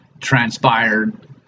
transpired